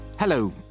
Hello